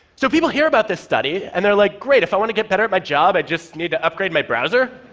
so people hear about this study and they're like, great, if i want to get better at my job, i just need to upgrade my browser?